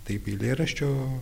taip eilėraščio